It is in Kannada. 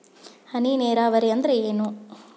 ಹನಿ ನೇರಾವರಿ ಅಂದ್ರ ಏನ್?